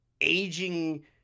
aging